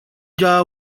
jar